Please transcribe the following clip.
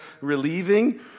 relieving